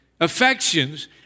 affections